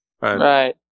Right